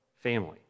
family